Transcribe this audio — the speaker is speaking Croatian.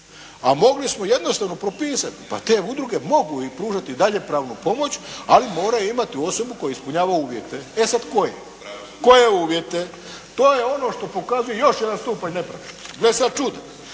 A mogli smo jednostavno propisati, pa te udruge mogu i pružati i dalje pravnu pomoć ali moraju imati osobu koja ispunjava uvjete. E sad, koje? Koje uvjete? To je ono što pokazuje još jedan stupanj nepravednosti. Gle sad čuda.